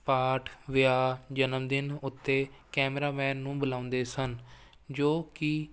ਪਾਠ ਵਿਆਹ ਜਨਮਦਿਨ ਉੱਤੇ ਕੈਮਰਾਮੈਨ ਨੂੰ ਬੁਲਾਉਂਦੇ ਸਨ ਜੋ ਕਿ